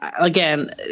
again